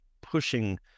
pushing